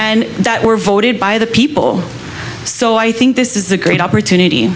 and that were voted by the people so i think this is a great opportunity